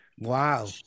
Wow